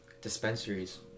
Dispensaries